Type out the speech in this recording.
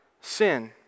sin